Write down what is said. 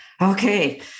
okay